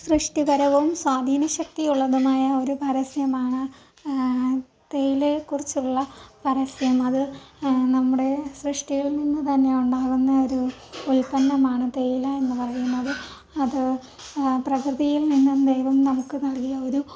സൃഷ്ടിപരവും സ്വാധീന ശക്തിയുള്ളതുമായ ഒരു പരസ്യമാണ് തേയിലയെ കുറിച്ചുള്ള പരസ്യം അത് നമ്മുടെ സൃഷ്ടിയിൽ നിന്ന് തന്നെ ഉണ്ടാകുന്ന ഒരു ഉല്പ്പന്നമാണ് തേയില എന്ന് പറയുന്നത് അത് പ്രകൃതിയിൽ നിന്നും ദൈവം നമുക്ക് നല്കിയ ഒരു